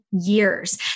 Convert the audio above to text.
years